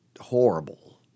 horrible